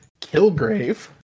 Kilgrave